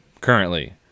currently